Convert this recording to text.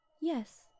Yes